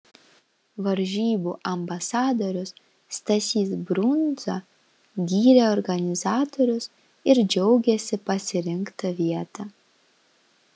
varžybų ambasadorius stasys brundza gyrė organizatorius ir džiaugėsi pasirinkta vieta